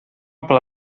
ble